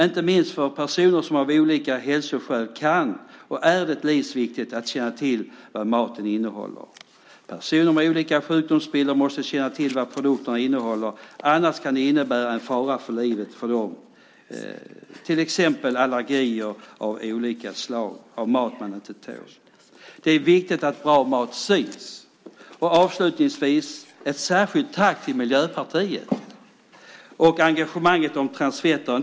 Inte minst kan det för olika personer av hälsoskäl vara livsviktigt att känna till vad maten innehåller. Personer med olika sjukdomsbilder måste känna till vad produkterna innehåller, annars kan det innebära en fara för livet för dem. Exempel är allergier av olika slag mot mat man inte tål. Det är viktigt att bra mat syns. Avslutningsvis vill jag rikta ett särskilt tack till Miljöpartiet för engagemanget kring transfetter.